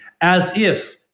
as-if